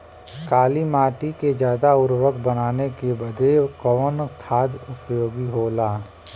काली माटी के ज्यादा उर्वरक बनावे के बदे कवन खाद उपयोगी होला?